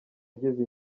ageze